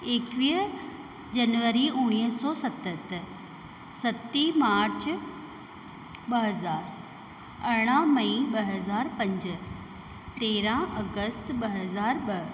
एकवीह जनवरी उणिवीह सौ सतहतरि सत मार्च ॿ हज़ार अरिड़हं मई ॿ हज़ार पंज तेरहं अगस्त ॿ हज़ार ॿ